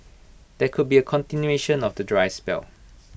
there could be A continuation of the dry spell